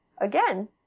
Again